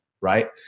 Right